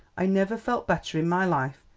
i never felt better in my life.